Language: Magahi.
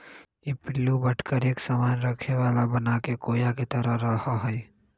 ई पिल्लू बढ़कर एक सामान रखे वाला बनाके कोया के तरह रहा हई